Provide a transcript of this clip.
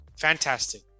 fantastic